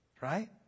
Right